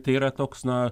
tai yra toks na